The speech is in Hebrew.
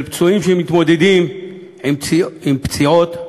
של פצועים שמתמודדים עם פציעות,